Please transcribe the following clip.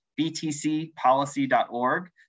btcpolicy.org